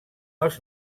els